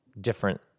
different